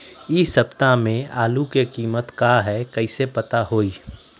इ सप्ताह में आलू के कीमत का है कईसे पता होई?